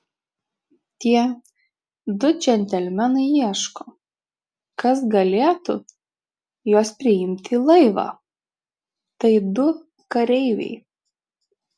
tie du džentelmenai ieško kas galėtų juos priimti į laivą tai du kareiviai